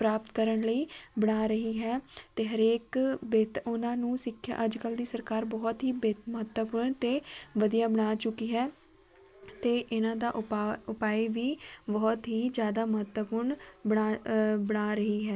ਪ੍ਰਾਪਤ ਕਰਨ ਲਈ ਬਣਾ ਰਹੀ ਹੈ ਅਤੇ ਹਰੇਕ ਬੇਤ ਉਹਨਾਂ ਨੂੰ ਸਿੱਖਿਆ ਅੱਜ ਕੱਲ੍ਹ ਦੀ ਸਰਕਾਰ ਬਹੁਤ ਹੀ ਬੇਤ ਮਹੱਤਵਪੂਰਨ ਅਤੇ ਵਧੀਆ ਬਣਾ ਚੁੱਕੀ ਹੈ ਅਤੇ ਇਹਨਾਂ ਦਾ ਉਪਾਅ ਉਪਾਏ ਵੀ ਬਹੁਤ ਹੀ ਜ਼ਿਆਦਾ ਮਹੱਤਵਪੂਰਨ ਬਣਾ ਬਣਾ ਰਹੀ ਹੈ